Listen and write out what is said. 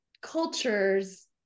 cultures